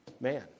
man